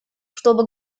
чтобы